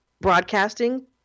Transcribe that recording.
broadcasting